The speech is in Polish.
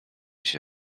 się